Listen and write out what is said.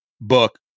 book